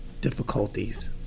difficulties